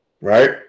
Right